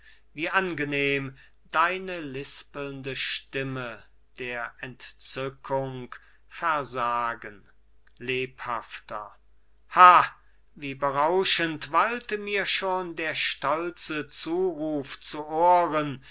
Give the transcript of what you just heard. wie angenehm deine lispelnde stimme der entzückung versagen lebhafter ha wie berauschend wallte mir schon der stolze zuruf zu ohren